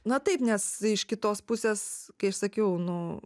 na taip nes iš kitos pusės kai aš sakiau nu